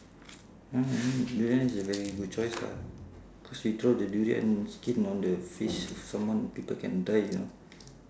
no I mean durian is a very good choice lah cause you throw the durian skin on the face someone people can die you know